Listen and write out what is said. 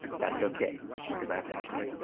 that's okay because i have dashlane.